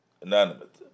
inanimate